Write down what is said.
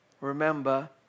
Remember